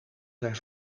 zijn